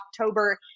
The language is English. October